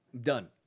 done